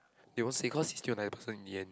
they won't say cause he's still a nice person in the end